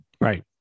Right